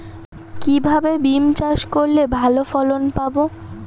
কিভাবে বিম চাষ করলে ভালো ফলন পাব?